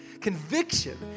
conviction